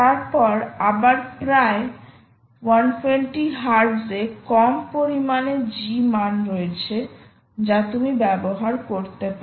তারপর আবার প্রায় 120 হার্টজ এ কম পরিমাণে G মান রয়েছে যা তুমি ব্যবহার করতে পার